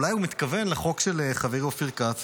אולי הוא מתכוון לחוק של חברי אופיר כץ,